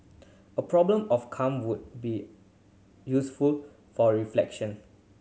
a problem of calm would be useful for reflection